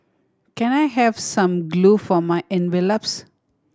can I have some glue for my envelopes